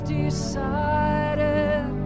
decided